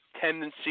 tendency